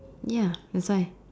ya that's why